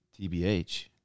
TBH